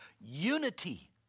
Unity